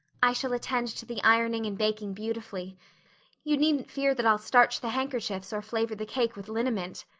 i shall attend to the ironing and baking beautifully you needn't fear that i'll starch the handkerchiefs or flavor the cake with liniment.